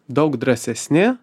daug drąsesni